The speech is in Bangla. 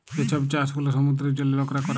যে ছব চাষ গুলা সমুদ্রের জলে লকরা ক্যরে